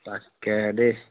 তাকে দেই